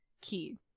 key